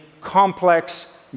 complex